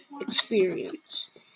experience